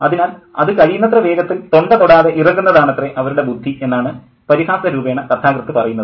അതിനാൽ അത് കഴിയുന്നത്ര വേഗത്തിൽ തൊണ്ട തൊടാതെ ഇറക്കുന്നതാണത്രേ അവരുടെ ബുദ്ധി എന്നാണ് പരിഹാസ രൂപേണ കഥാകൃത്ത് പറയുന്നത്